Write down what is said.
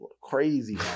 crazy